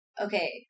okay